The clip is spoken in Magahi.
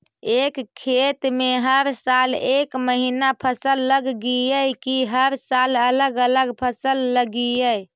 एक खेत में हर साल एक महिना फसल लगगियै कि हर साल अलग अलग फसल लगियै?